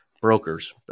brokers